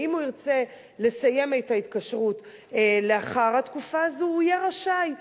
ואם הוא ירצה לסיים את ההתקשרות לאחר התקופה הזאת הוא יהיה רשאי,